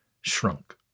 shrunk